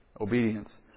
obedience